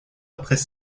après